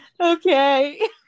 Okay